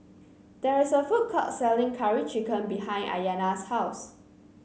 there is a food court selling Curry Chicken behind Ayana's house